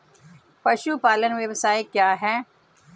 पशुपालन व्यवसाय क्या है?